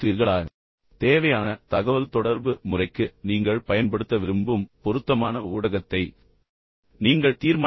இப்போது தேவையான தகவல்தொடர்பு முறைக்கு நீங்கள் பயன்படுத்த விரும்பும் பொருத்தமான ஊடகத்தை நீங்கள் தீர்மானிக்க வேண்டும்